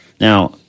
now